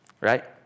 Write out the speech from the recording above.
Right